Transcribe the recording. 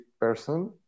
person